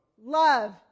love